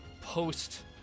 post